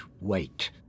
wait